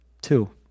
two